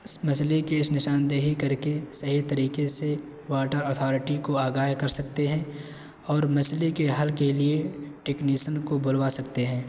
اس مسئلے کے اس نشاندہی کر کے صحیح طریقے سے واٹر اتھارٹی کو آگاہ کر سکتے ہیں اور مسئلے کے حل کے لیے ٹیکنیسن کو بلوا سکتے ہیں